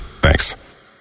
Thanks